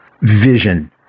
vision